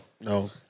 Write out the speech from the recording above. No